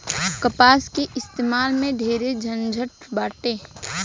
कपास के इतिहास में ढेरे झनझट बाटे